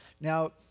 Now